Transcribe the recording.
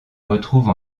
retrouve